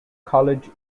college